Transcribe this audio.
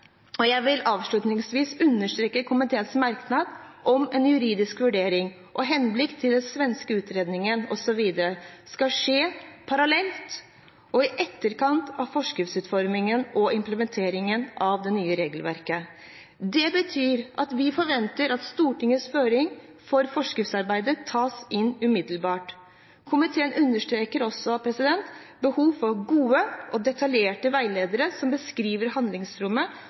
og jeg vil avslutningsvis understreke komiteens merknad om at en juridisk vurdering med henblikk på den svenske utredningen osv. skal skje parallelt med og i etterkant av forskriftsutformingen og implementeringen av det nye regelverket. Det betyr at vi forventer at Stortingets føringer for forskriftsarbeidet tas inn umiddelbart. Komiteen understreker også behovet for gode og detaljerte veiledere som beskriver handlingsrommet